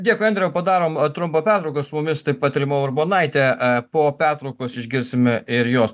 dėkui andriau padarom trumpą pertrauką su mumis taip pat rima urbonaitė a po pertraukos išgirsime ir jos